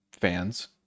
fans